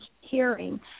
hearing